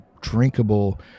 drinkable